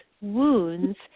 wounds